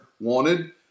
wanted